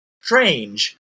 strange